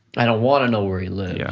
i don't wanna know where he lives, yeah